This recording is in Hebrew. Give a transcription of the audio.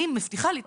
אני מבטיחה להתנחל.